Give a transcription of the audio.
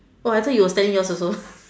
oh I thought you was telling yours also